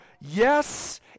yes